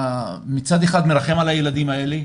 אתה מצד אחד מרחם על הילדים האלה,